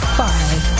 five